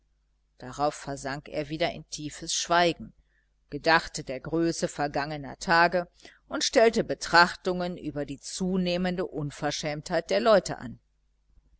darauf versank er wieder in tiefes schweigen gedachte der größe vergangener tage und stellte betrachtungen über die zunehmende unverschämtheit der leute an